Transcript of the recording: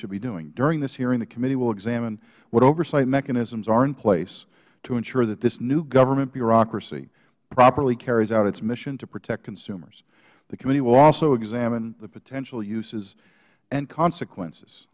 should be doing during this hearing the committee will examine what oversight mechanisms are in place to ensure that this new government bureaucracy properly carries out its mission to protect consumers the committee will also examine the potential uses and consequences